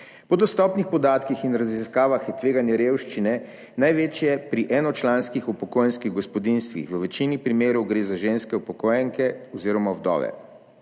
Po dostopnih podatkih in raziskavah je tveganje revščine največje pri enočlanskih upokojenskih gospodinjstvih, v večini primerov gre za ženske, upokojenke oziroma vdove.